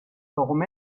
warum